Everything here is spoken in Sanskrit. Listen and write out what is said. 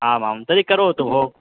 आमां तर्हि करोतु भोः